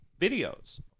videos